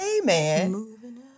Amen